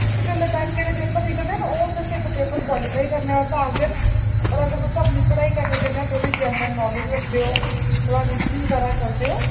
अजकल बैंकें दे पेपर निकलदे ना ओह् सिर्फ इक पेपर क्वालीफाई करने आस्तै आखदे न और अगर तुस अपनी पढ़ाई कन्नै कन्नै थोह्ड़ी जनरल नालेज रखदे ओ थोह्ड़ा रीजनिंग बगैरा करदे ओ